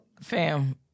Fam